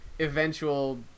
eventual